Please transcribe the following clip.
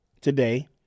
today